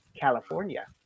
California